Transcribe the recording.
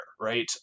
right